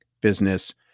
business